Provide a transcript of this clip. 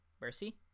Mercy